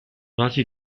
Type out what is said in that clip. vasi